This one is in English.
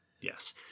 Yes